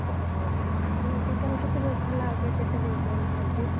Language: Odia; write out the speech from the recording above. ଓହୋ ଆପଣ ଦୋକାନ କେତେବେଳେ ଖୋଲା ହେଉଛି ଆଉ କେତେବେଳେ ବନ୍ଦ ଥାଉଛି